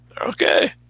Okay